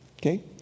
okay